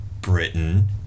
Britain